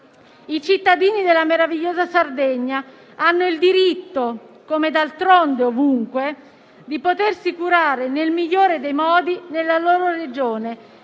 I cittadini della meravigliosa Sardegna hanno il diritto - come d'altronde ovunque - di potersi curare nel migliore dei modi nella loro Regione,